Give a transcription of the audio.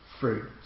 fruit